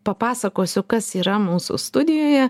papasakosiu kas yra mūsų studijoje